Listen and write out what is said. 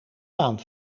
baan